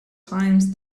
times